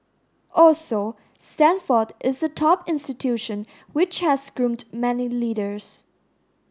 also Stanford is a top institution which has groomed many leaders